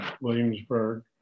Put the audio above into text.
Williamsburg